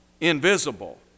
invisible